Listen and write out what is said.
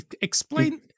Explain